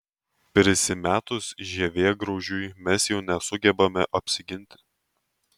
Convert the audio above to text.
prisimetus žievėgraužiui mes jau nesugebame apsiginti